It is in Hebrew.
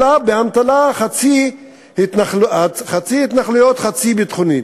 אלא באמתלה חצי-התנחלויות חצי-ביטחונית.